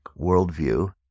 worldview